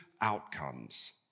outcomes